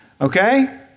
Okay